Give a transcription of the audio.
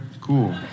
cool